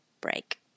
break